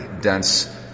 dense